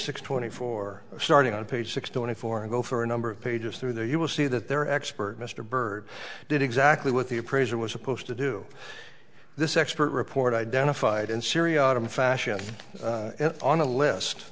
six twenty four starting on page six twenty four and go for a number of pages through there you will see that their expert mr byrd did exactly what the appraiser was supposed to do this expert report identified in syria out of fashion on a list